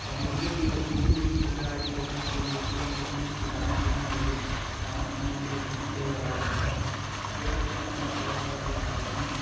और मुर्ग़े की ल मुर्ग़ी मुर्ग़ी की लड़ाई भी देखता हूँ जब वह सुबह हम उठते हैं तो दाना चुगने के लिए दाना खाने के लिए खाने के लिए लड़ाई करता है यह सब घटना मैं बहुत बार देख चुका हूँ